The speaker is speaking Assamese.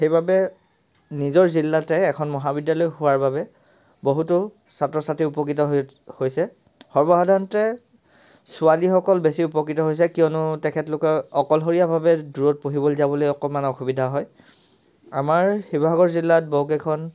সেইবাবে নিজৰ জিলাতে এখন মহাবিদ্যালয় হোৱাৰ বাবে বহুতো ছাত্ৰ ছাত্ৰী উপকৃত হৈছে সৰ্বসাধাৰণতে ছোৱালীসকল বেছি উপকৃত হৈছে কিয়নো তেখেতলোকে অকলশৰীয়াভাৱে দূৰত পঢ়িবলৈ যাবলৈ অকণমান অসুবিধা হয় আমাৰ শিৱসাগৰ জিলাত বহুকেইখন